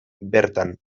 bertan